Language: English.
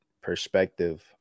perspective